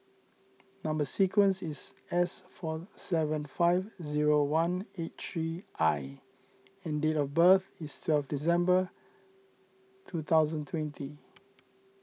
Number Sequence is S four seven five zero one eight three I and date of birth is twelve December two thousand twenty